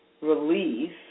release